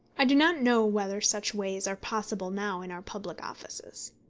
i do not know whether such ways are possible now in our public offices.